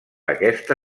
aquesta